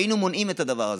היינו מונעים את הדבר הזה.